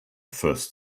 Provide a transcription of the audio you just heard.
first